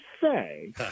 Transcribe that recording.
say